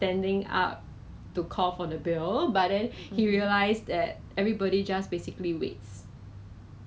没有什么帮到 ah because 不是 three ply 他有是给我们 cloth 的对吗然后是讲 antibacterial but then